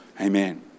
Amen